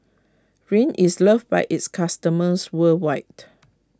Rene is loved by its customers worldwide